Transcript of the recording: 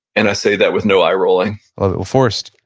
and i say that with no eye rolling forrest,